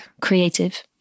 creative